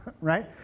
right